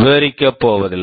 விவரிக்கப் போவதில்லை